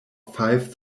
five